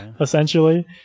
essentially